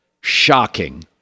Shocking